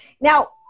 now